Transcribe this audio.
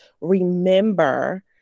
remember